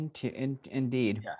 indeed